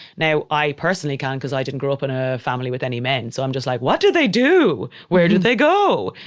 now, i personally can because i didn't grow up in a family with any men. so i'm just like, what do they do? where do they go?